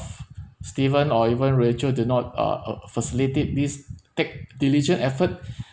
stephen or even rachel did not uh ugh facilitate this take diligent effort